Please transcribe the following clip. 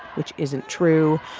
which isn't true.